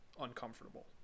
uncomfortable